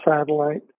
satellite